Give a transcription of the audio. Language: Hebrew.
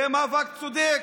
זה מאבק צודק.